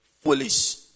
foolish